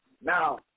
Now